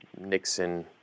Nixon